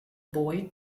boy